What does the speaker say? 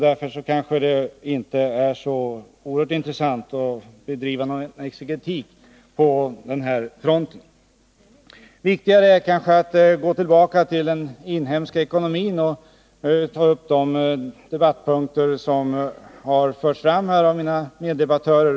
Därför är det kanske inte heller så oerhört intressant att bedriva någon exegetik på den fronten. Viktigare är kanske att gå tillbaka till den inhemska ekonomin och ta upp de debattpunkter som har förts fram här av mina meddebattörer.